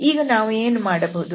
ಈಗ ನಾವು ಏನು ಮಾಡಬಹುದು